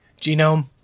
Genome